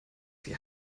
wir